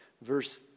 Verse